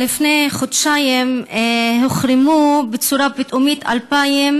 לפני חודשיים הוחרמו בצורה פתאומית 2,000